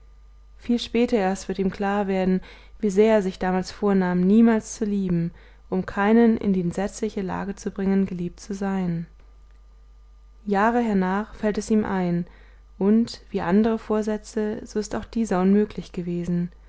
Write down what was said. viel später erst wird ihm klar werden wie sehr er sich damals vornahm niemals zu lieben um keinen in die entsetzliche lage zu bringen geliebt zu sein jahre hernach fällt es ihm ein und wie andere vorsätze so ist auch dieser unmöglich gewesen